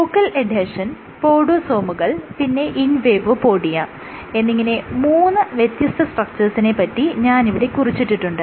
focal adhesion പോഡോസോമുകൾ പിന്നെ invadopodia എന്നിങ്ങനെ മൂന്ന് വ്യത്യസ്ത സ്ട്രക്ചേഴ്സിനെ പറ്റി ഞാനിവിടെ കുറിച്ചിട്ടിട്ടുണ്ട്